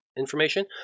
information